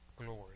glory